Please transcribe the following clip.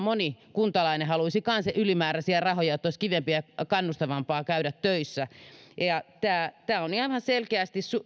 moni kuntalainen haluaisi kanssa ylimääräisiä rahoja jotta olisi kivempaa ja kannustavampaa käydä töissä tämä neljätoista miljoonaa ihan selkeästi